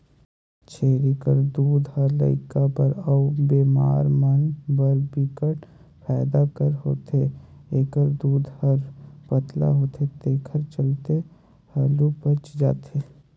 छेरी कर दूद ह लइका बर अउ बेमार मन बर बिकट फायदा कर होथे, एखर दूद हर पतला होथे तेखर चलते हालु पयच जाथे